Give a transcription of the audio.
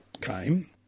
came